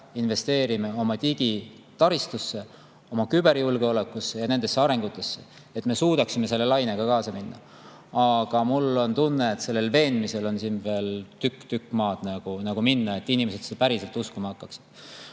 investeerima oma digitaristusse, oma küberjulgeolekusse ja nende arengusse, et me suudaksime lainega kaasa minna. Aga mul on tunne, et siin on veel tükk-tükk maad minna, kuni inimesed seda päriselt uskuma hakkavad.